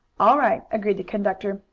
all right, agreed the conductor.